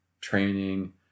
training